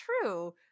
true